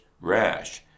rash